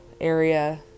area